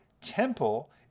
temple